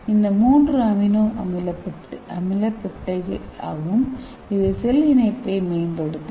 இது மூன்று அமினோ அமில பெப்டைட் ஆகும் இது செல் இணைப்பை மேம்படுத்தும்